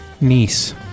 niece